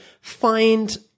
find